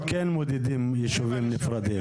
כן מודדים יישובים נפרדים.